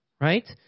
right